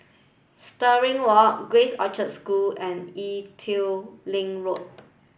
Stirling Walk Grace Orchard School and Ee Teow Leng Road